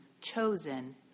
chosen